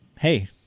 hey